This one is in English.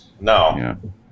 no